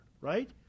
right